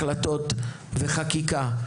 החלטות וחקיקה.